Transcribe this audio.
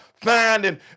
finding